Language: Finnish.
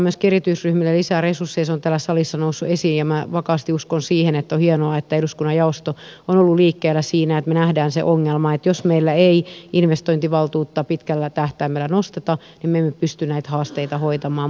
se on täällä salissa noussut esiin ja minä vakaasti uskon siihen että on hienoa että eduskunnan jaosto on ollut liikkeellä siinä että me näemme sen ongelman että jos meillä ei investointivaltuutta pitkällä tähtäimellä nosteta niin me emme pysty näitä haasteita hoitamaan